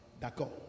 D'accord